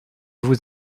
vous